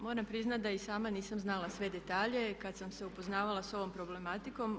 Moram priznat da i sama nisam znala sve detalje kad sam se upoznavala sa ovom problematikom.